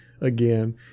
again